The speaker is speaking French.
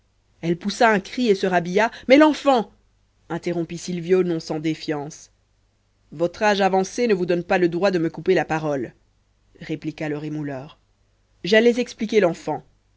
elle poussa un cri et se rhabilla mais l'enfant interrompit silvio non sans défiance votre âge avancé ne vous donne pas le droit de me couper la parole répliqua le rémouleur j'allais expliquer l'enfant